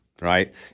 right